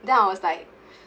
then I was like